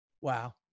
Wow